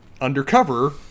undercover